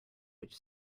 which